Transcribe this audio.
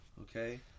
okay